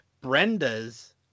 Brenda's